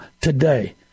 today